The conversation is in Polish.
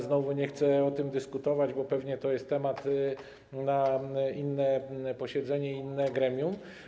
Znowu nie chcę o tym dyskutować, bo pewnie to jest temat na inne posiedzenie, dla innego gremium.